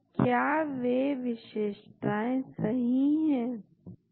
तो यदि एक खास अंश मौजूद नहीं है तो उसको जीरो दिया जाता है यदि वह मौजूद है तो उसको एक दिया जाता है